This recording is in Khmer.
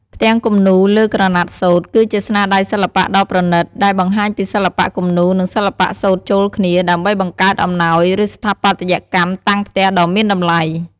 ផ្ទាំងគំនូរលើក្រណាត់សូត្រ គឺជាស្នាដៃសិល្បៈដ៏ប្រណិត ដែលបង្ហាញពីសិល្បៈគំនូរ និងសិល្បៈសូត្រចូលគ្នា ដើម្បីបង្កើតអំណោយ ឬស្ថាបត្យកម្មតាំងផ្ទះដ៏មានតម្លៃ។